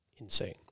insane